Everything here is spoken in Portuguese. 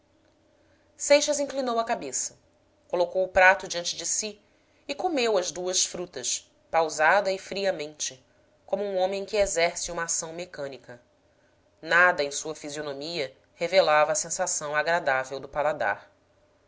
seixas inclinou a cabeça colocou o prato diante de si e comeu as duas frutas pausada e friamente como um homem que exerce uma ação mecânica nada em sua fisionomia revelava a sensação agradável do paladar